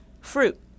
fruit